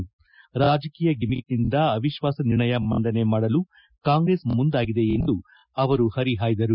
ರಾಜಕೀಯ ಗಿಮಿಕ್ನಿಂದ ಅವಿಶ್ವಾಸ ನಿರ್ಣಯ ಮಂಡನೆ ಮಾಡಲು ಕಾಂಗ್ರೆಸ್ ಮುಂದಾಗಿದೆ ಎಂದು ಅವರು ಪರಿಹಾಯ್ದರು